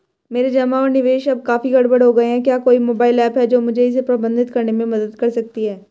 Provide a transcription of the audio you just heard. मेरे जमा और निवेश अब काफी गड़बड़ हो गए हैं क्या कोई मोबाइल ऐप है जो मुझे इसे प्रबंधित करने में मदद कर सकती है?